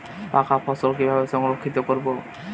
পাকা ফসল কিভাবে সংরক্ষিত করব?